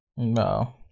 No